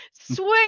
swing